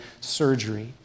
surgery